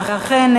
ואכן,